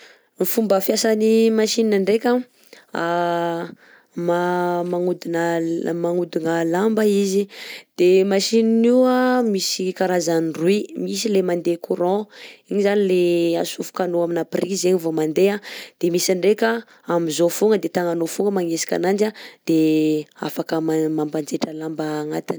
Ny fomba fiasan'ny machine ndreka a: magnodigna magnodigna lamba izy. De machine io a misy karazan'ny roy: misy le mandeha courant igny zany le atsofoka anao amina prise zegny vaomandeha, de misy ndreka aminjao fogna de tagnanao fogna magnetsika ananjy a de afaka ma mampanjetra lamba agnatiny.